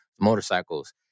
motorcycles